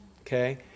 okay